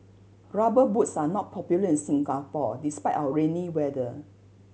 Rubber Boots are not popular in Singapore despite our rainy weather